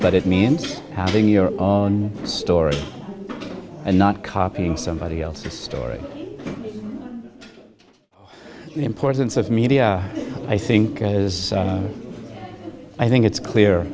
but it means having your own story and not copying somebody else's story the importance of media i think is i think it's clear